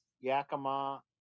Yakima